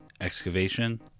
Excavation